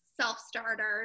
self-starters